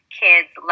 kids